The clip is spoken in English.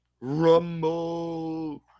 Rumble